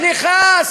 סליחה.